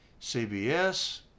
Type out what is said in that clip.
CBS